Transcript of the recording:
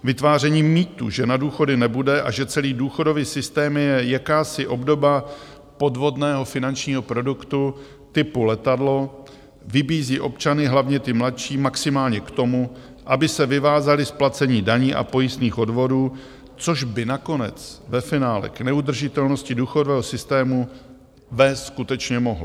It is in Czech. Vytváření mýtů, že na důchody nebude a že celý důchodový systém je jakási obdoba podvodného finančního produktu typu letadlo, vybízí občany, hlavně ty mladší, maximálně k tomu, aby se vyvázali z placení daní a pojistných odvodů, což by nakonec ve finále k neudržitelnosti důchodového systému, vést skutečně mohlo.